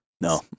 no